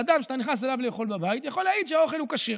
ואדם שאתה נכנס אליו לאכול בבית יכול להעיד שהאוכל הוא כשר.